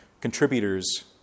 contributors